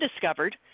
discovered